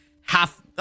half